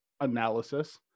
analysis